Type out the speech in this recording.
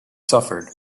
suffered